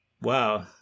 Wow